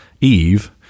Eve